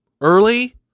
early